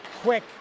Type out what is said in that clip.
Quick